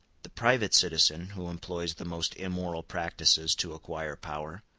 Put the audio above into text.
the private citizen, who employs the most immoral practices to acquire power,